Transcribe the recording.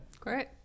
Great